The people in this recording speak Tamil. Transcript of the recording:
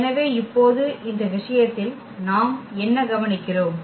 எனவே இப்போது இந்த விஷயத்தில் நாம் என்ன கவனிக்கிறோம்